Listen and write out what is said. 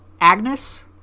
Agnes